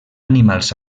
animals